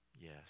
Yes